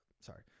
Sorry